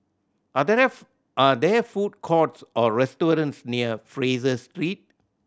are there are there food courts or restaurants near Fraser Street